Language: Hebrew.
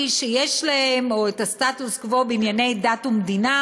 שיש להם או את הסטטוס-קוו בענייני דת ומדינה,